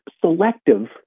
selective